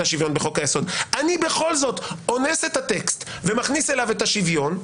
השוויון בחוק היסוד אני בכל זאת אונס את הטקסט ומכניס אליו את השוויון,